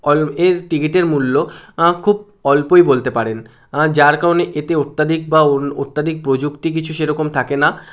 all এর টিকিটের মূল্য খুব অল্পই বলতে পারেন যার কারণে এতে অত্যাধিক বা অত্যাধিক প্রযুক্তি কিছু সেরকম থাকে না